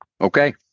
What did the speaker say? Okay